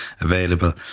available